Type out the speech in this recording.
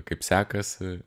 kaip sekasi